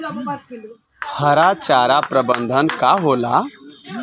हरा चारा प्रबंधन का होला?